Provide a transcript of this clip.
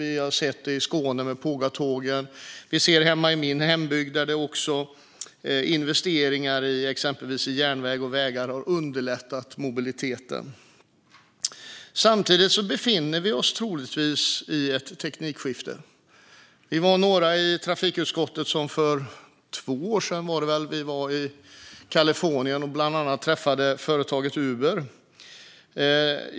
Vi har sett det i Skåne med Pågatågen. Vi ser det hemma i min hembygd, där investeringar i exempelvis järnväg och vägar har underlättat mobiliteten. Vi befinner oss troligtvis i ett teknikskifte. Vi var några i trafikutskottet som för två år sedan, var det väl, var i Kalifornien och bland annat besökte företaget Uber.